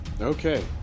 Okay